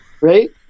Right